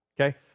okay